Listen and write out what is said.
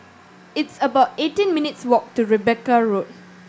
it's about eighteen minutes walk to Rebecca Road